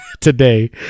today